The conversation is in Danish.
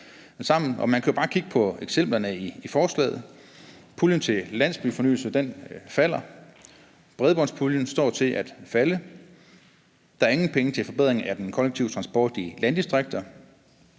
Man kan jo bare kigge på eksemplerne i forslaget. Puljen til landsbyfornyelse bliver mindre. Bredbåndspuljen står til at blive mindre. Der er ingen penge til forbedring af den kollektive transport i landdistrikter.